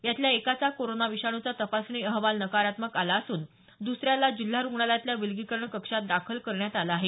यातल्या एकाचा कोरोना विषाणूचा तपासणी अहवाल नकारात्मक आला असून दुसऱ्याला जिल्हा रुग्णालयातल्या विलगीकरण कक्षात दाखल करण्यात आलं आहे